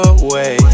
away